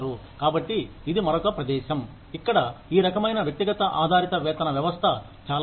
కాబట్టి ఇది మరొక ప్రదేశం ఇక్కడ ఈ రకమైన వ్యక్తిగత ఆధారిత వేతన వ్యవస్థ చాలా ఉంది